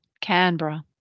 Canberra